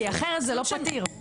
אחרת זה לא פתיר,